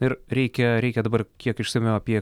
ir reikia reikia dabar kiek išsamiau apie